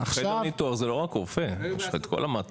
חדר ניתוח זה לא רק רופאים, יש לך את כל המעטפת.